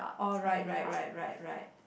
alright right right right right